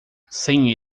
sem